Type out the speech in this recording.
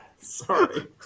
Sorry